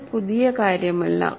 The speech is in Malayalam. ഇത് പുതിയ കാര്യമല്ല